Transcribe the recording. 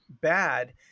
bad